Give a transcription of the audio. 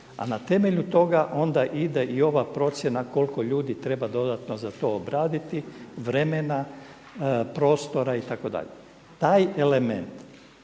A na temelju toga onda ide i ova procjena koliko ljudi treba dodatno za to obraditi, vremena, prostora itd.. Taj element